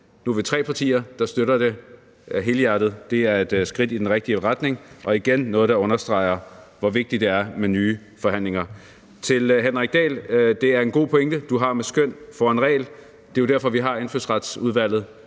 Nu er vi tre partier, der støtter det helhjertet. Det er et skridt i den rigtige retning og igen noget, der understreger, hvor vigtigt det er med nye forhandlinger. Til Henrik Dahl: Det er en god pointe, du har, med skøn foran regel. Det er jo derfor, vi har Indfødsretsudvalget,